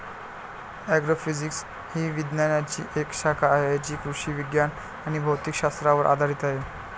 agrophysics ही विज्ञानाची एक शाखा आहे जी कृषी विज्ञान आणि भौतिक शास्त्रावर आधारित आहे